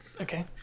Okay